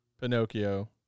Pinocchio